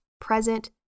present